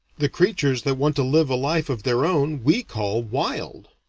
the creatures that want to live a life of their own, we call wild.